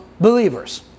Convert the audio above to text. believers